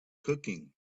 cooking